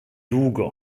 długo